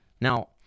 Now